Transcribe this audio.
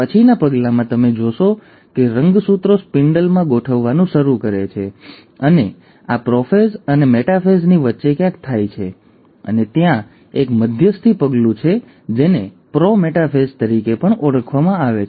પછીના પગલામાં તમે જોશો કે રંગસૂત્રો સ્પિન્ડલમાં ગોઠવવાનું શરૂ કરે છે અને આ પ્રોફેઝ અને મેટાફેઝની વચ્ચે ક્યાંક થાય છે અને ત્યાં એક મધ્યસ્થી પગલું છે જેને પ્રો મેટાફેઝ તરીકે પણ ઓળખવામાં આવે છે